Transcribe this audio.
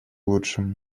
лучшему